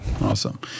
Awesome